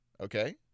Okay